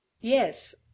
Yes